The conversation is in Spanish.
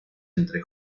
entre